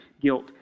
guilt